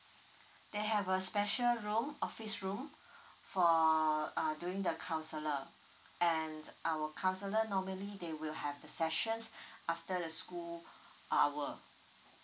they have a special room office room for uh doing the counselor and our counsellor normally they will have the sessions after the school hour